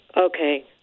Okay